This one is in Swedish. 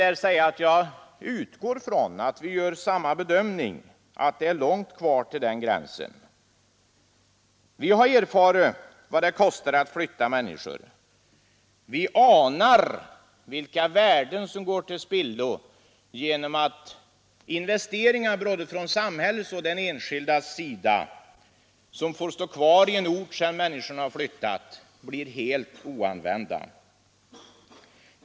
Jag utgår från att vi gör samma bedömning, nämligen att det är långt kvar till den gränsen. Vi har erfarit vad det kostar att flytta människor. Vi anar vilka värden som går till spillo genom att investeringar både från samhällets och från den enskildes sida, vilka får stå kvar i en ort sedan människorna har flyttat, blir helt oanvända.